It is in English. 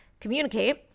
communicate